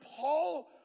Paul